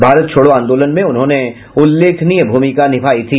भारत छोड़ों आंदोलन में उन्होंने ने उल्लेखनीय भूमिका निभायी थी